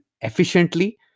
efficiently